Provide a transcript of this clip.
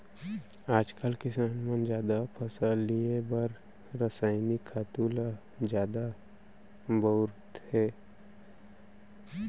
आजकाल किसान मन जादा फसल लिये बर रसायनिक खातू ल जादा बउरत हें